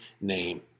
name